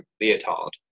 leotard